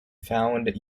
found